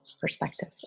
perspective